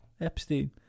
Epstein